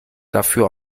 dafür